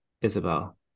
Isabel